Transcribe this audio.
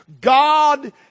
God